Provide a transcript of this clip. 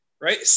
right